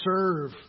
serve